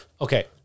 Okay